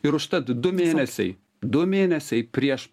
ir užtat du mėnesiai du mėnesiai prieš